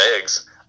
eggs